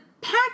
pack